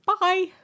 bye